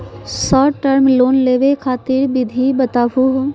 Short term loan लेवे खातीर विधि बताहु हो?